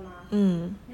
mm